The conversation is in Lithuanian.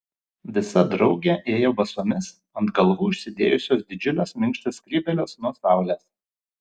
visa draugė ėjo basomis ant galvų užsidėjusios didžiules minkštas skrybėles nuo saulės